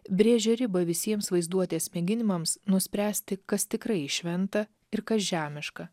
brėžia ribą visiems vaizduotės mėginimams nuspręsti kas tikrai šventa ir kas žemiška